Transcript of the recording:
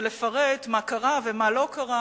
ולפרט מה קרה ומה לא קרה,